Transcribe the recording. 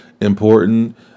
important